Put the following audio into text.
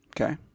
Okay